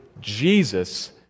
Jesus